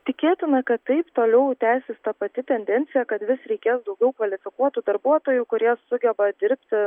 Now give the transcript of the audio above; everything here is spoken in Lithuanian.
tikėtina kad taip toliau tęsis ta pati tendencija kad vis reikės daugiau kvalifikuotų darbuotojų kurie sugeba dirbti